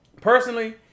Personally